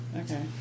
okay